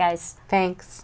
guys thanks